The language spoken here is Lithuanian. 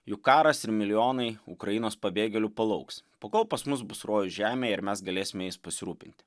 juk karas ir milijonai ukrainos pabėgėlių palauks pakol pas mus bus rojus žemėje ir mes galėsime jais pasirūpinti